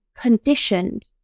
conditioned